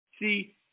See